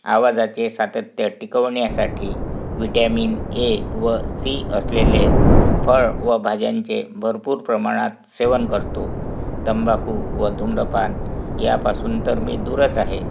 आवाजाचे सातत्य टिकवण्यासाठी व्हिटॅमिन ए व सी असलेले फळ व भाज्यांचे भरपूर प्रमाणात सेवन करतो तंबाखू व धूम्रपान या पासून तर मी दूरच आहे